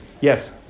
Yes